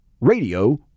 Radio